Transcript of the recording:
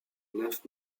neuf